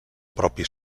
propi